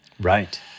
Right